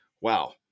Wow